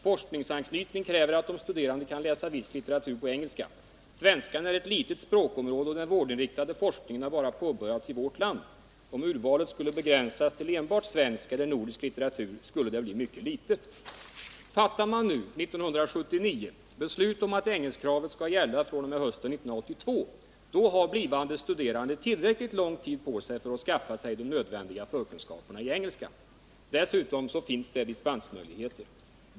Forskningsanknytning kräver att de studerande kan läsa viss litteratur på engelska. Svenskan är ett litet språkområde och den vårdinriktade forskningen har bara påbörjats i vårt land. Om urvalet skulle begränsas till enbart svensk eller nordisk litteratur skulle det bli mycket litet.” Fattar man nu, 1979, beslut om att engelskkravet skall gälla fr.o.m. hösten 1982, då har blivande studerande tillräckligt lång tid på sig för att skaffa sig de nödvändiga förkunskaperna i engelska. Dessutom finns det dispensmöjligheter.